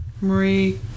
Marie